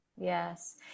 yes